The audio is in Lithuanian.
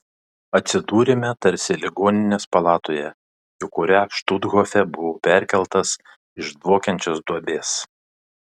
atsidūrėme tarsi ligoninės palatoje į kurią štuthofe buvau perkeltas iš dvokiančios duobės